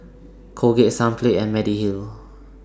Colgate Sunplay and Mediheal